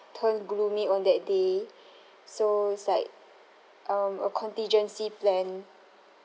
turn gloomy on that day so it's like um a contingency plan